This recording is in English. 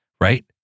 right